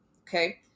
okay